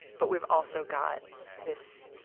but we've also got this.